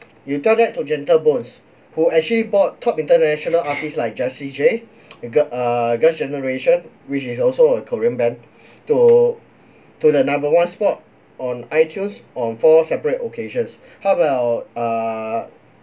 you tell that to gentle bones who actually bought top international artists like jessie J gir~ uh girls generation which is also a korean band to to the number one spot on iTunes on four separate occasions how about err